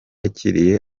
yakiriye